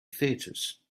theatres